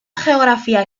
geografía